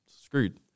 screwed